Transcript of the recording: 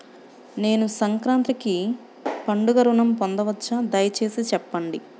నేను సంక్రాంతికి పండుగ ఋణం పొందవచ్చా? దయచేసి చెప్పండి?